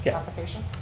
yeah application?